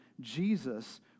Jesus